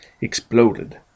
exploded